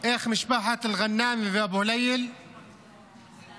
איך משפחות אל-ע'אנם ואבו ליל נשארו